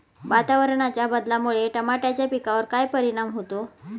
वातावरणाच्या बदलामुळे टमाट्याच्या पिकावर काय परिणाम होतो?